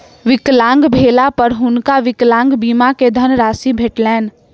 विकलांग भेला पर हुनका विकलांग बीमा के धनराशि भेटलैन